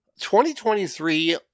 2023